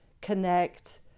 connect